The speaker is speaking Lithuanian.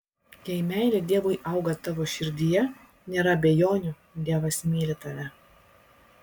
jei meilė dievui auga tavo širdyje nėra abejonių dievas myli tave